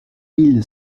mille